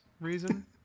reason